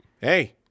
hey